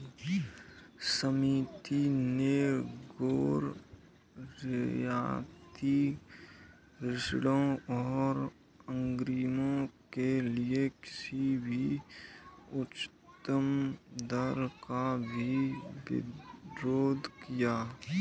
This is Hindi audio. समिति ने गैर रियायती ऋणों और अग्रिमों के लिए किसी भी उच्चतम दर का भी विरोध किया